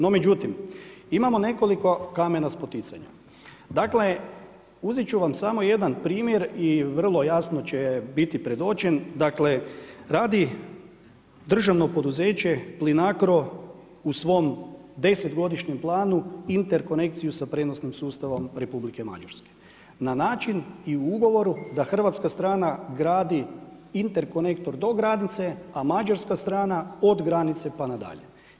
No međutim, imamo nekoliko kamena spoticanja, dakle, uzet ću vam samo jedan primjer i vrlo jasno će biti predočen, radi državno poduzeće PLINACRO u svom desetgodišnjem planu interkonekciju sa prijenosnim sustavom Republike Mađarske na način i u ugovoru da hrvatska strana gradi interkonektor do granice a mađarska strana od granice pa nadalje.